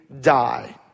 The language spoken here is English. die